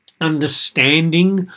understanding